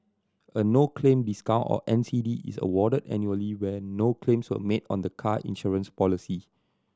a no claim discount or N C D is awarded annually when no claims were made on the car insurance policy